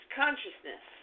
consciousness